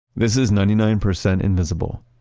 this is ninety nine percent invisible.